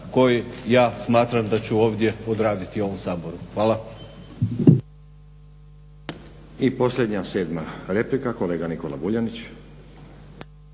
koji ja smatram da ću ovdje odraditi u ovom Saboru. Hvala. **Stazić, Nenad (SDP)** I posljednja sedma replika, kolega Nikola Vuljanić.